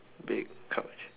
big couch